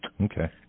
Okay